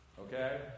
Okay